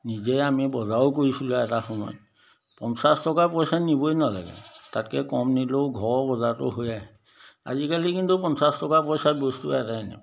নিজে আমি বজাৰো কৰিছিলোঁ এটা সময়ত পঞ্চাছ টকা পইচা নিবই নালাগে তাতকৈ কম নিলেও ঘৰৰ বজাৰটো হৈ আহে আজিকালি কিন্তু পঞ্চাছ টকা পইচাত বস্তু এটাই নাপায়